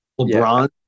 LeBron